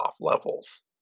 levels